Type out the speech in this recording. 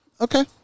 Okay